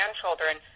grandchildren